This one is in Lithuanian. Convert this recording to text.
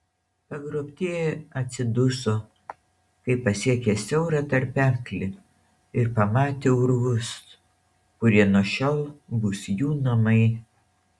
pagrobtieji atsiduso kai pasiekė siaurą tarpeklį ir pamatė urvus kurie nuo šiol bus jų namai